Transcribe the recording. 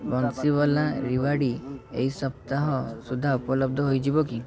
ବଂଶୀୱାଲା ରେୱାଡ଼ି ଏହି ସପ୍ତାହ ସୁଦ୍ଧା ଉପଲବ୍ଧ ହୋଇଯିବ କି